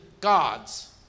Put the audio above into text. gods